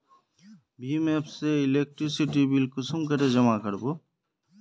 भीम app से electricity bill कुंसम करे जमा कर बो?